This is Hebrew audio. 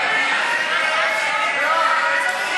איך אתם מצביעים נגד עמדת היועץ?